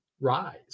rise